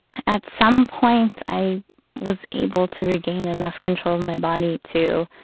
at some point i was able to regain enough control of my body to